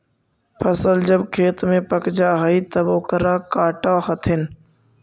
फसल जब खेत में पक जा हइ तब ओकरा काटऽ हथिन